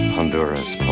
Honduras